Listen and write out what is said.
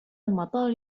المطار